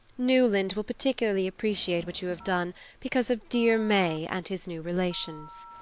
newland will particularly appreciate what you have done because of dear may and his new relations.